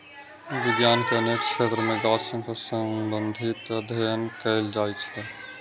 विज्ञान के अनेक क्षेत्र मे गाछ सं संबंधित अध्ययन कैल जाइ छै